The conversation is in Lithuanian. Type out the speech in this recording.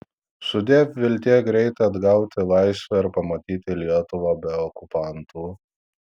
sudiev viltie greitai atgauti laisvę ir pamatyti lietuvą be okupantų